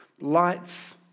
lights